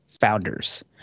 Founders